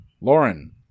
Lauren